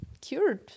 cured